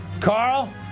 Carl